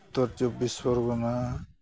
ᱩᱛᱛᱚᱨ ᱪᱚᱵᱵᱤᱥ ᱯᱚᱨᱜᱚᱱᱟ